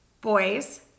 Boys